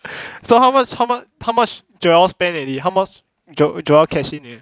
so how much how muc~ how much joel spend already how much joel cash in already